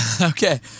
Okay